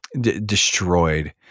destroyed